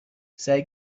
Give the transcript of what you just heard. سعی